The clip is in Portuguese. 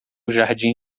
jardim